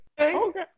Okay